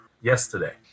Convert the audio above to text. yesterday